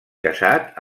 casat